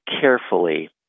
carefully